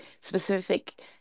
specific